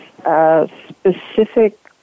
specific